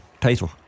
title